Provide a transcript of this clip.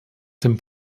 dem